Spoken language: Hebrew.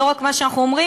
לא רק מה אנחנו אומרים,